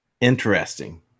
Interesting